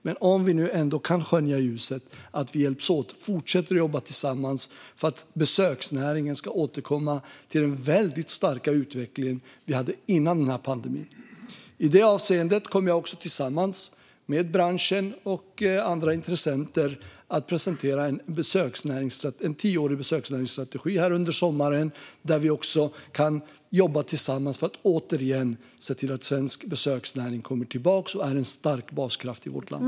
Men om vi kan skönja ljuset kan vi hjälpas åt och fortsätta att jobba tillsammans för att besöksnäringen ska återkomma till den väldigt starka utveckling vi hade före pandemin. I detta avseende kommer jag att tillsammans med branschen och andra intressenter presentera en tioårig besöksnäringsstrategi under sommaren. Där kan vi jobba tillsammans för att återigen se till att svensk besöksnäring kommer tillbaka och är en stark baskraft i vårt land.